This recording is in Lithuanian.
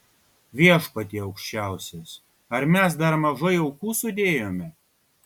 viešpatie aukščiausias ar mes dar mažai aukų sudėjome